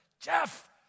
Jeff